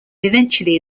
eventually